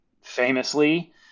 famously